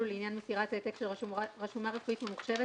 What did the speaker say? (תשלום מרבי בעד מסירת העתק רשומה רפואית או עיון בה).